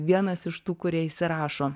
vienas iš tų kurie įsirašo